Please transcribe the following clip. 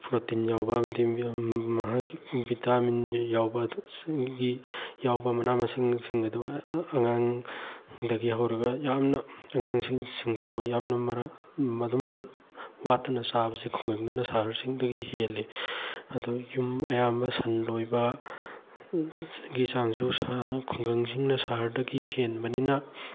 protein ꯌꯥꯎꯕ ꯑꯝꯗꯤ ꯃꯍꯥꯛꯀꯤ ꯚꯤꯇꯥꯃꯤꯟ ꯌꯥꯎꯕ ꯃꯅꯥ ꯃꯁꯤꯡꯁꯤꯡ ꯑꯗꯨ ꯑꯉꯥꯡꯗꯒꯤ ꯍꯧꯔꯒ ꯌꯥꯝꯅ ꯑꯉꯥꯡꯁꯤꯡꯐꯥꯎꯕ ꯌꯥꯝꯅ ꯃꯗꯨꯃ ꯋꯥꯠꯇꯅ ꯆꯥꯕꯁꯤ ꯈꯨꯡꯒꯪꯗꯅ ꯁꯍꯔꯁꯤꯡꯗꯒꯤ ꯍꯦꯜꯂꯤ ꯑꯗꯣ ꯌꯨꯝ ꯑꯌꯥꯝꯅ ꯁꯟ ꯂꯣꯏꯕꯒꯤ ꯆꯥꯡꯁꯨ ꯈꯨꯡꯒꯪꯁꯤꯡꯅ ꯁꯍꯔꯗꯒꯤ ꯍꯦꯟꯕꯅꯤꯅ